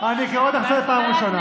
אני קורא אותך לסדר פעם ראשונה.